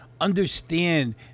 understand